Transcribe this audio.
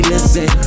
Listen